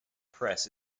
press